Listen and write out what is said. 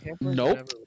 nope